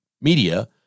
media